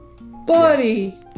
Buddy